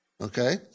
Okay